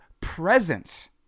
presence